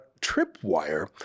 tripwire